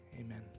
Amen